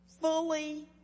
fully